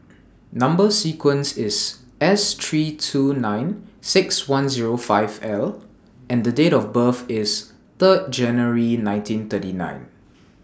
Number sequence IS S three two nine six one Zero five L and Date of birth IS three January nineteen thirty nine